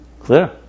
Clear